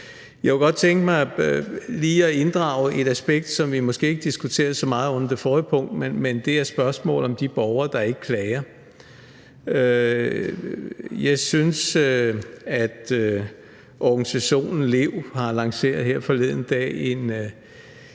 Jeg kunne godt tænke mig lige at inddrage et aspekt, som vi måske ikke diskuterede så meget under det forrige punkt. Det er spørgsmålet om de borgere, der ikke klager. Organisationen Lev lancerede her forleden dag en